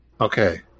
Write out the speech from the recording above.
Okay